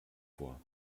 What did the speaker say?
vor